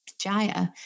Jaya